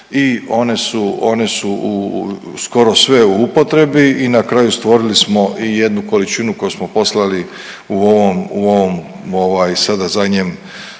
i one su u skoro sve u upotrebi i na kraju stvorili smo i jednu količinu koju smo poslali u ovom sada zadnjem